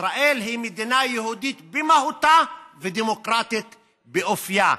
ישראל היא מדינה יהודית במהותה ודמוקרטיה באופייה.